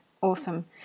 awesome